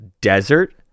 desert